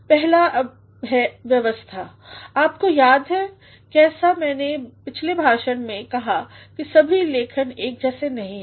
पहला है व्यवस्था आपको याद है कैसा मैने पिछले भाषण में कहा कि सभी लेखन एक जैसे नहीं हैं